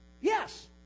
Yes